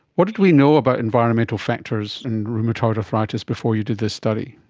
what did we know about environmental factors in rheumatoid arthritis before you did this study?